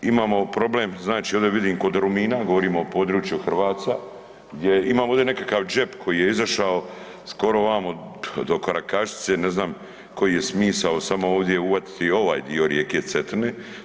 Imamo problem, znači ovdje vidim kod Rumina, govorimo o području Hrvaca gdje imamo ovdje nekakav džep koji je izašao skoro vamo do Karakašice, ne znam koji je smisao samo ovdje uvatiti ovaj dio rijeke Cetine.